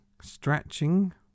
stretching